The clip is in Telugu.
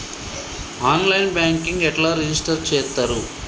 ఆన్ లైన్ బ్యాంకింగ్ ఎట్లా రిజిష్టర్ చేత్తరు?